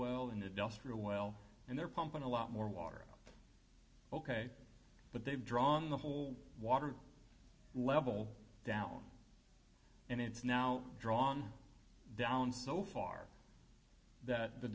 well in a dust real well and they're pumping a lot more water ok but they've drawn the whole water level down and it's now drawn down so far that the